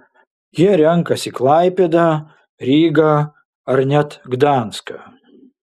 jie renkasi klaipėdą rygą ar net gdanską